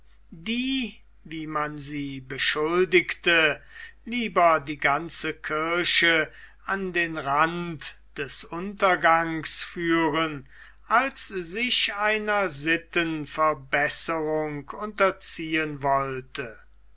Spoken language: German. die wie man sie beschuldigte lieber die ganze kirche an den rand des untergangs führen als sich einer sittenverbesserung unterziehen wollte